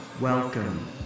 Welcome